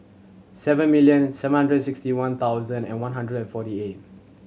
seven million seven hundred sixty one thousand and one hundred forty eight